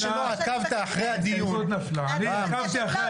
עשית את זה אפילו בפחות מהזמן, אני מעריך אותך.